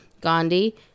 Gandhi